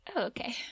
Okay